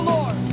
Lord